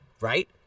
Right